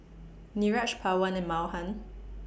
Niraj Pawan and Mahan